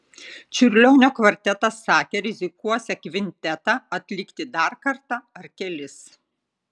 čiurlionio kvartetas sakė rizikuosią kvintetą atlikti dar kartą ar kelis